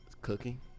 Cooking